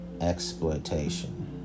exploitation